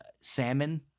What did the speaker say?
Salmon